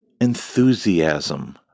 enthusiasm